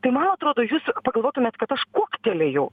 tai man atrodo jūs pagalvotumėt kad aš kuoktelėjau